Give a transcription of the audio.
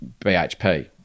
BHP